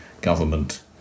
government